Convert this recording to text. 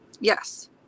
Yes